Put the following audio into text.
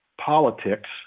politics